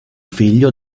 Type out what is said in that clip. figlio